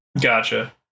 Gotcha